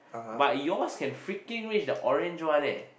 but yours can freaking reach the orange one eh